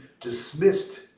dismissed